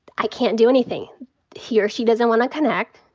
i can't do anything here. she doesn't wanna connect.